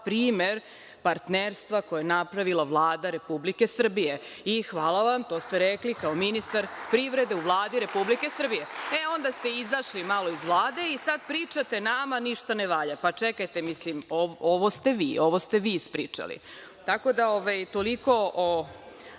primer partnerstva koje je napravila Vlada Republike Srbije i hvala vam, to ste rekli kao ministar privrede Vlade Republike Srbije.E, onda ste izašli malo iz Vlade i sada pričate nama ništa ne valja. Pa, čekajte, mislim, ovo ste vi, ovo ste vi ispričali. Tako da toliko o